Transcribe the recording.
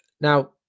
Now